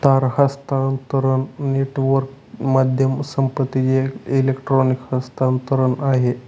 तार हस्तांतरण नेटवर्कच माध्यम संपत्तीचं एक इलेक्ट्रॉनिक हस्तांतरण आहे